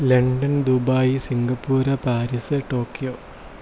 London Dubai Singapore Paris Tokyo